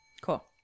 cool